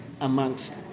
amongst